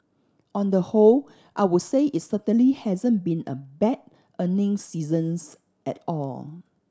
on the whole I would say it's certainly hasn't been a bad earning seasons at all